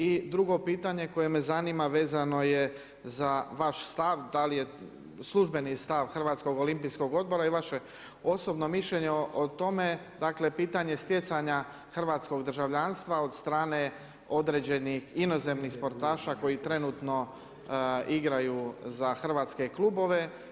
I drugo pitanje koje me zanima vezano je za vaš stav da li je službeni stav Hrvatskog olimpijskog odbora i vaše osobno mišljenje o tome, dakle pitanje stjecanja hrvatskog državljanstva od strane određenih inozemnih sportaša koji trenutno igraju za hrvatske klubove.